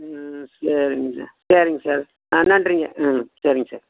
ம் சரிங்க சரிங் சார் ஆ நன்றிங்க ம் சரிங் சார்